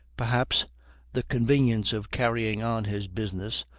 perhaps the convenience of carrying on his business,